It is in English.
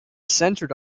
centered